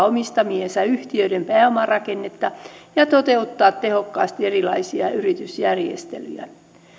omistamiensa yhtiöiden pääomarakennetta ja toteuttaa tehokkaasti erilaisia yritysjärjestelyjä